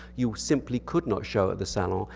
you simply could not show at the salon.